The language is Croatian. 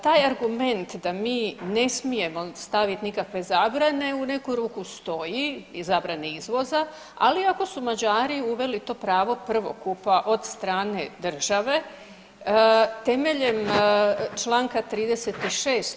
Taj argument da mi ne smijemo stavit nikakve zabrane u neku ruku stoji i zabrane izvoza, ali ako su Mađari uveli to pravo prvokupa od strane države temeljem čl. 36.